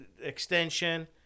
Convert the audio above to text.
extension